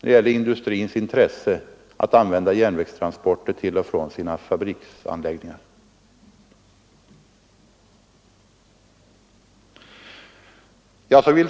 när det gäller industrins intresse att använda järnvägstransporter till och från sina fabriksanläggningar.